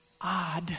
odd